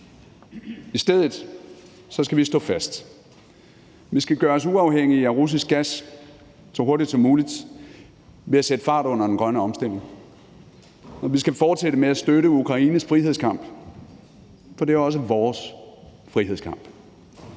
I stedet skal vi stå fast. Vi skal gøre os uafhængige af russisk gas så hurtigt som muligt ved at sætte fart under den grønne omstilling, og vi skal fortsætte med at støtte Ukraines frihedskamp, for det er også vores frihedskamp.